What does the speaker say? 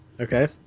okay